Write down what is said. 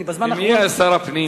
ומי היה שר הפנים?